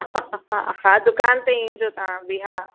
हा दुकान ते ईंजो तव्हां बि हा